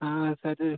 हाँ सर